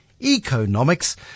economics